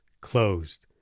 closed